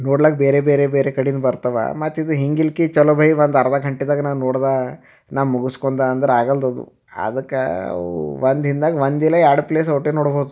ನೋಡ್ಲಿಕ್ಕೆ ಬೇರೆ ಬೇರೆ ಬೇರೆ ಕಡಿಂದ ಬರ್ತಾವೆ ಮತ್ತು ಇದು ಹಿಂಗೆ ಇಲ್ಲಕಿ ಚಲೋ ಭಾಯಿ ಒಂದು ಅರ್ಧ ಗಂಟೆಯಾಗೆ ನಾ ನೋಡ್ದೆ ನಾ ಮುಗಿಸ್ಕೊಂಡೆ ಅಂದ್ರೆ ಆಗಲ್ಲದು ಅದು ಅದಕ್ಕೆ ಅವು ಒಂದು ದಿನ್ದಾಗ ಒಂದು ಇಲ್ಲ ಎರ್ಡು ಪ್ಲೇಸ್ ಅಷ್ಟೇ ನೋಡಭೋದು